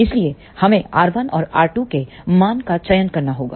इसलिए हमें R1 और R 2 के मान का चयन करना होगा